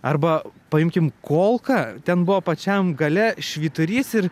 arba paimkim kolką ten buvo pačiam gale švyturys ir